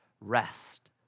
rest